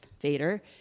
Vader